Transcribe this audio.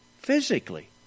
Physically